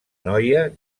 noia